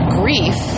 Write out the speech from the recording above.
grief